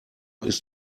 ist